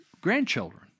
grandchildren